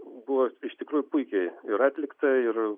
buvo iš tikrųjų puikiai ir atlikta ir